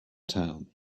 town